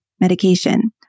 medication